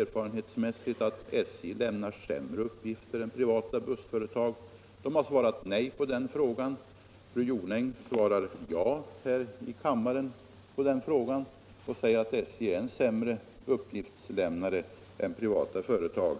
erfarenhetsmässigt kan säga att SJ lämnar sämre uppgifter än privata bussföretag. Man har svarat nej på den frågan. Fru Jonäng svarar ja på samma fråga och säger alltså att SJ är en sämre uppgiftslämnare än privata företag.